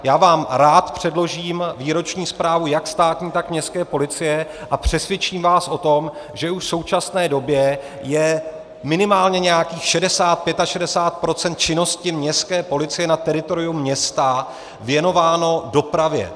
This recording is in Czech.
Já vám rád předložím výroční zprávu jak státní, tak městské policie a přesvědčím vás o tom, že už v současné době je minimálně nějakých 6065 % činnosti městské policie na teritoriu města věnováno dopravě.